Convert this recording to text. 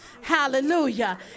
Hallelujah